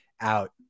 out